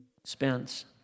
expense